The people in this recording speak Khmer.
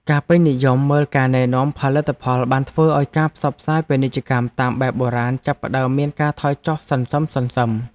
ការពេញនិយមមើលការណែនាំផលិតផលបានធ្វើឱ្យការផ្សាយពាណិជ្ជកម្មតាមបែបបុរាណចាប់ផ្តើមមានការថយចុះសន្សឹមៗ។